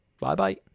Bye-bye